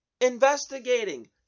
investigating